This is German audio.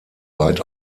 weit